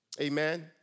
Amen